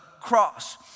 cross